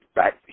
back